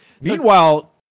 Meanwhile